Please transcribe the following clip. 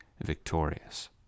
victorious